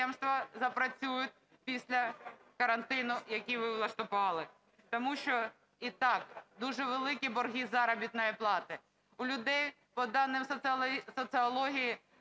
запрацюють після карантину, який ви влаштували. Тому що і так дуже великі борги заробітної плати, у людей, за даними соціології,